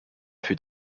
fut